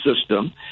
system